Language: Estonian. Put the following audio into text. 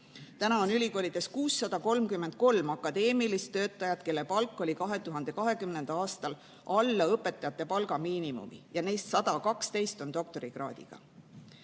õpetajad. Ülikoolides on 633 akadeemilist töötajat, kelle palk oli 2020. aastal alla õpetajate palgamiinimumi. Neist 112 on doktorikraadiga.